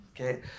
okay